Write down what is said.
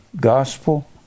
gospel